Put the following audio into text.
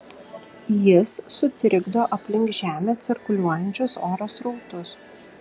jis sutrikdo aplink žemę cirkuliuojančius oro srautus